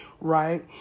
right